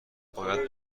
باید